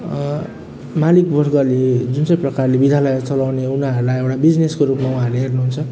मालिक वर्गले जुन चाहिँ प्रकारले विद्यालय चलाउने उनीहरूलाई एउटा बिजनेसको रूपमा उहाँले हेर्नु हुन्छ